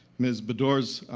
ms. baddour's,